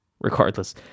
Regardless